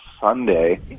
Sunday